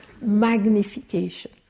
magnification